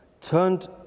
turned